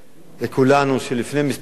לכולנו שלפני כמה שנים,